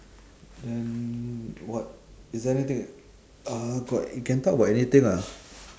then what is there anything uh got you can talk about anything lah